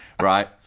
right